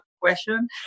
question